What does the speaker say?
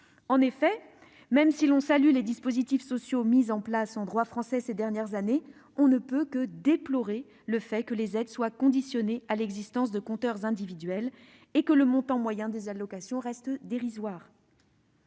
En effet, même si l'on salue les dispositifs sociaux mis en place en droit français ces dernières années, on ne peut que déplorer le fait que les aides soient conditionnées à l'existence de compteurs individuels et que le montant moyen des allocations reste dérisoire.